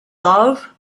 love